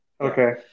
Okay